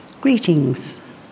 Greetings